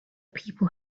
people